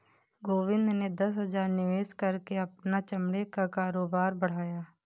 गोविंद ने दस हजार निवेश करके अपना चमड़े का कारोबार बढ़ाया